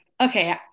okay